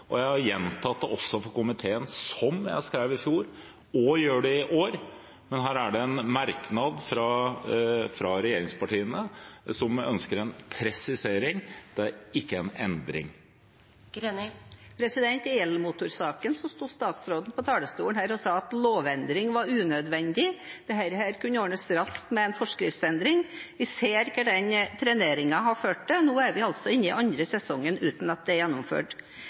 og jeg har også gjentatt det for komiteen – slik jeg skrev det i fjor og i år. Her er det en merknad fra regjeringspartiene, som ønsker en presisering, ikke en endring. I elmotorsaken sto statsråden her på talerstolen og sa at lovendring var unødvendig – dette kunne ordnes raskt med en forskriftsendring. Vi ser hva den treneringen har ført til. Nå er vi inne i den andre sesongen uten at det er gjennomført.